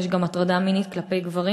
יש גם הטרדה מינית כלפי גברים,